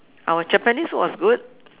our Japanese was good